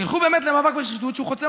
תלכו באמת למאבק בשחיתות שחוצה מחנות.